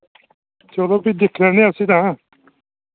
चलो फ्ही दिक्खी लैने उस्सी तां